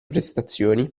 prestazioni